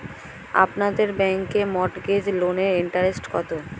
আপনাদের ব্যাংকে মর্টগেজ লোনের ইন্টারেস্ট কত?